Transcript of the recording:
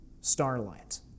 starlight